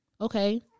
Okay